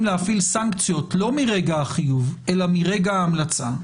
להפעיל סנקציות לא מרגע החיוב אלא מרגע ההמלצה,